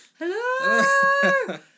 hello